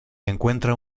encuentra